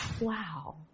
Wow